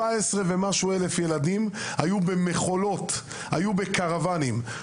17,000 ומשהו ילדים היו במכולות, היו בקרוואנים.